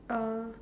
uh